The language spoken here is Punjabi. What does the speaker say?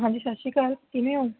ਹਾਂਜੀ ਸਤਿ ਸ਼੍ਰੀ ਅਕਾਲ ਕਿਵੇਂ ਹੋ